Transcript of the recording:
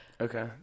okay